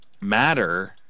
matter